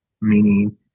meaning